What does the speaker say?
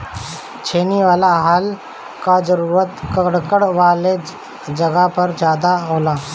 छेनी वाला हल कअ जरूरत कंकड़ वाले जगह पर ज्यादा होला